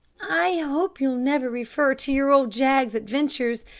i hope you'll never refer to your old jaggs's adventures.